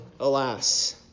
Alas